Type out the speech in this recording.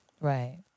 Right